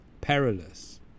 perilous